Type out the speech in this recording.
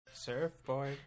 Surfboard